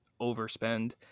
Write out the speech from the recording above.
overspend